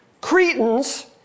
Cretans